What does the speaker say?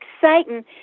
Satan